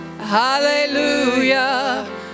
hallelujah